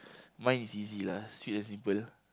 mine is easy lah sweet and simple